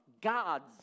Gods